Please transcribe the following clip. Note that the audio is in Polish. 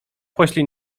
poślij